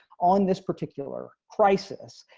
on this particular crisis.